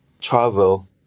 travel